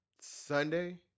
Sunday